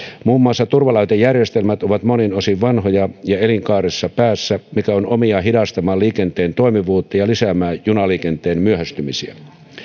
muun muassa turvalaitejärjestelmät ovat monin osin vanhoja ja elinkaarensa päässä mikä on omiaan hidastamaan liikenteen toimivuutta ja lisäämään junaliikenteen myöhästymisiä